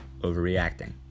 overreacting